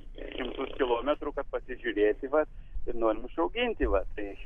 šimtus kilometrų kad pasižiūrėti vat ir norim išauginti va tai